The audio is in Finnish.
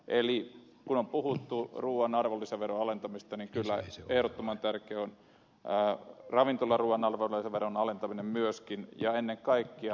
kun on puhuttu ruuan arvonlisäveron alentamisesta niin kyllä ehdottoman tärkeää on ravintolaruuan arvonlisäveron alentaminen myöskin ja ennen kaikkea verotuksen eriyttäminen